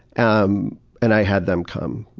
um and i had them come.